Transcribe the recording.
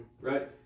Right